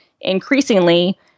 increasingly